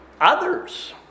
others